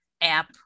app